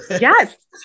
Yes